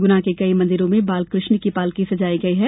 गुना के कई मंदिरों में बालकृष्ण की पालकी सजाई गई है